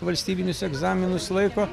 valstybinius egzaminus laiko